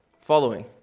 Following